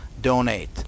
Donate